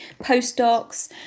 postdocs